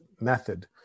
method